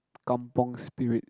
kampung spirit